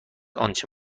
آنچه